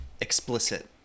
explicit